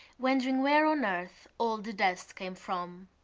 wondering where on earth all the dust came from.